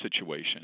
situation